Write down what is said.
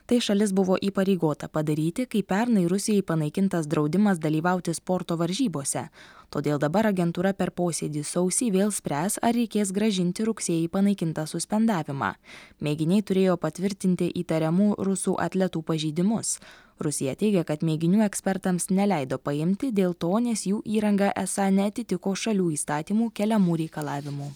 tai šalis buvo įpareigota padaryti kai pernai rusijai panaikintas draudimas dalyvauti sporto varžybose todėl dabar agentūra per posėdį sausį vėl spręs ar reikės grąžinti rugsėjį panaikintą suspendavimą mėginiai turėjo patvirtinti įtariamų rusų atletų pažeidimus rusija teigia kad mėginių ekspertams neleido paimti dėl to nes jų įranga esą neatitiko šalių įstatymų keliamų reikalavimų